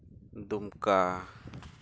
ᱫᱩᱢᱠᱟ